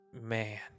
man